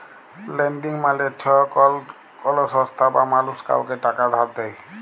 lending মালে চ্ছ যখল কল সংস্থা বা মালুস কাওকে টাকা ধার দেয়